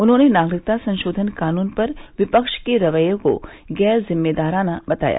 उन्होंने नागरिकता संशोधन कानून पर विपक्ष के रवैये को गैर जिम्मेदाराना बताया